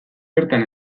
bertan